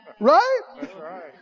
Right